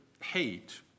hate